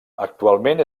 actualment